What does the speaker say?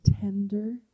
tender